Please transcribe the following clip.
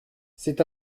c’est